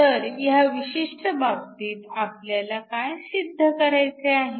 तर ह्या विशिष्ठ बाबतीत आपल्याला काय सिद्ध करायचे आहे